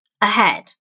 ahead